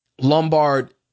Lombard